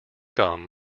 gum